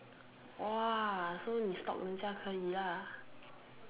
!wah! so 你 stalk 人家可以 lah